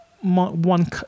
one